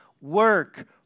work